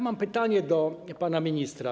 Mam pytanie do pana ministra.